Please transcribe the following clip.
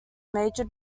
major